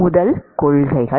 முதல் கொள்கைகள்